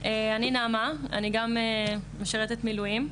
אני, נעמה, אני גם משרתת מילואים.